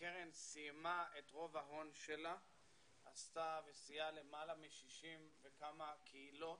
הקרן סיימה את רוב ההון שלה וסייעה ללמעלה מ-60 וכמה קהילות.